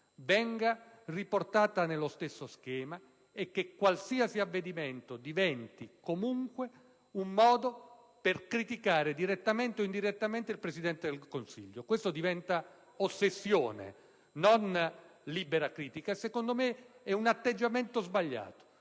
venga riportata nello stesso schema e che qualsiasi avvenimento diventi comunque un modo per criticare direttamente o indirettamente il Presidente del Consiglio. Questa è ossessione, non libera critica, e secondo me è un atteggiamento sbagliato.